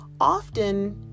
Often